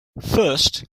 first